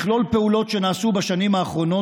מכלול הפעולות שנעשו בשנים האחרונות,